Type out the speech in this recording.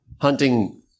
hunting